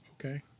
Okay